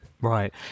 Right